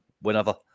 whenever